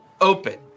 open